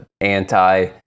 anti